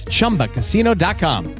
ChumbaCasino.com